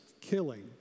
killing